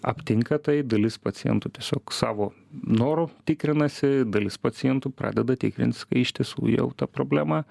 aptinka tai dalis pacientų tiesiog savo noru tikrinasi dalis pacientų pradeda tikrintis kai iš tiesų jau ta problema